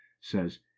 says